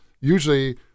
usually